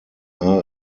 are